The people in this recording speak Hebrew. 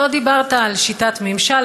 לא דיברת על שיטת ממשל,